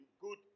good